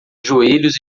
joelhos